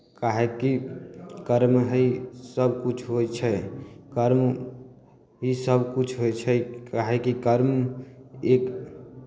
काहेकि कर्म ही सभकिछु होइ छै कर्म ही सभकिछु होइ छै काहेकि कर्म एक